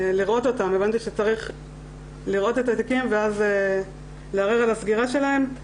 הבנתי שצריך לראות את התיקים ואז לערער על הסגירה שלהם.